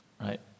right